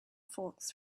folks